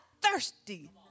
thirsty